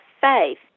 faith